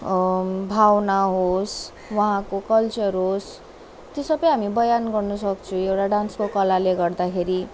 भावना होस् वहाँको कल्चर होस् त्यो सबै हामी बयान गर्नुसक्छौँ एउटा डान्सको कलाले गर्दाखेरि